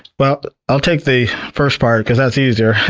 well, i'll take the first part cause that's easier.